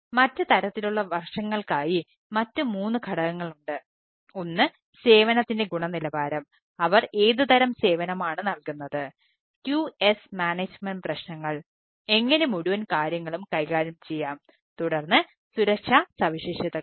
മറ്റ് തരത്തിലുള്ള വശങ്ങൾക്കായി മറ്റ് മൂന്ന് ഘടകങ്ങളുണ്ട് ഒന്ന് സേവനത്തിന്റെ ഗുണനിലവാരം അവർ ഏതുതരം സേവനമാണ് നൽകുന്നത് QS മാനേജുമെന്റ് പ്രശ്നങ്ങൾ എങ്ങനെ മുഴുവൻ കാര്യങ്ങളും കൈകാര്യം ചെയ്യാം തുടർന്ന് സുരക്ഷാ സവിശേഷതകൾ